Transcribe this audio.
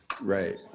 Right